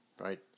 right